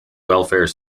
welfare